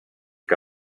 que